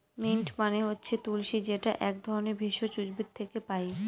mint মানে হচ্ছে তুলশী যেটা এক ধরনের ভেষজ উদ্ভিদ থেকে পায়